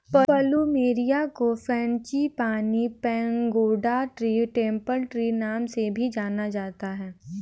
plumeria को frangipani, pagoda tree, temple tree नाम से भी जाना जाता है